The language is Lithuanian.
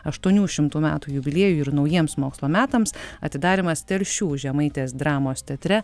aštuonių šimtų metų jubiliejui ir naujiems mokslo metams atidarymas telšių žemaitės dramos teatre